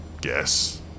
guess